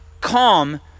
calm